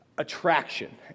attraction